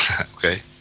Okay